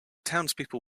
townspeople